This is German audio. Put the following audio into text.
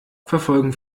verfolgen